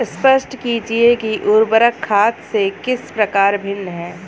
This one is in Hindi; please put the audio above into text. स्पष्ट कीजिए कि उर्वरक खाद से किस प्रकार भिन्न है?